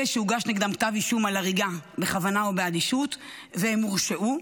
אלה שהוגש נגדם כתב אישום על הריגה בכוונה או באדישות והם הורשעו,